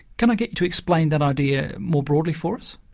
can i get you to explain that idea more broadly for us?